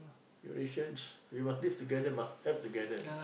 Eurasians we must live together must help together